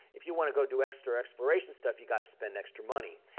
if you want to go do extra exploration stuff, you got to spend extra money.